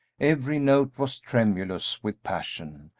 every note was tremulous with passion,